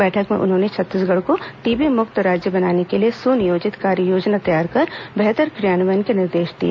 बैठक में उन्होंने छत्तीसगढ़ को टीबी मुक्त राज्य बनाने के लिए सुनियोजित कार्ययोजना तैयार कर बेहतर क्रियान्वयन के निर्देश दिए